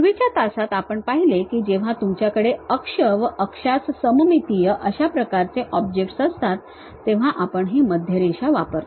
पूर्वीच्या तासात आपण पाहिले की जेव्हा तुमच्याकडे अक्ष व अक्षास सममितीय अशा प्रकारचे ऑब्जेक्टस असतात तेव्हा आपण ही मध्य रेषा वापरतो